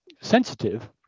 sensitive